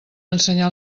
ensenyar